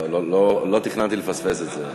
לא תכננתי לפספס את זה,